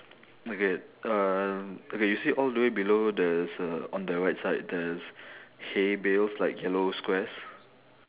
okay uh okay you see all the way below there's a on the right side there's hay bales like yellow squares